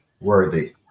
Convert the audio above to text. Worthy